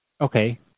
okay